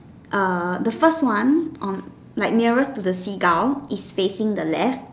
err the first one on like nearest to the seagull is facing the left